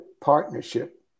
partnership